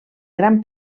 gran